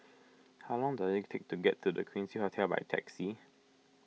how long does it take to get to the Quincy Hotel by taxi